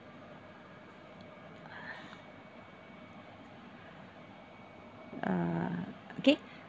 uh okay